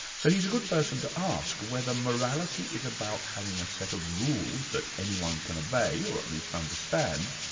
so he's a good person to ask whether morality is about having a set or rules that anyone can obey or at least understand,